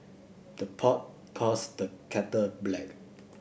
the pot calls the kettle black